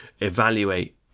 evaluate